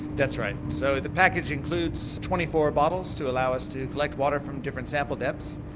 that's right. so the package includes twenty four bottles to allow us to collect water from different sample depths.